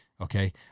okay